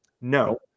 no